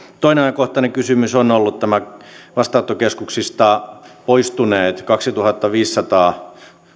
toinen ajankohtainen kysymys on ollut vastaanottokeskuksista poistuneet kaksituhattaviisisataa